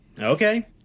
Okay